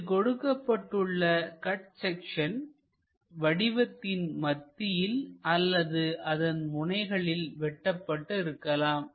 இங்கு கொடுக்கப்பட்டுள்ள cut section வடிவத்தின் மத்தியிலோ அல்லது அதன் முனைகளிலும் வெட்டப்பட்டு இருக்கலாம்